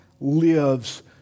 lives